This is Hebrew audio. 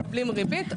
מקבלים ריבית.